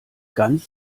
ganz